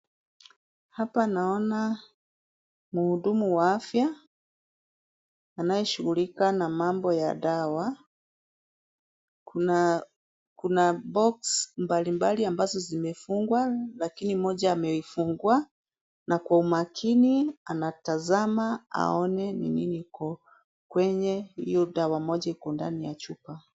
Hapa naona mhudumu wa afya anayeshughulikia mambo ya dawa. Kuna box mbalimbali ambazo zimefungwa lakini moja ameifungua na kwa umakini anatazama aone nini iko kwenye hiyo dawa moja iko ndani ya chupa.